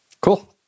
Cool